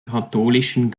katholischen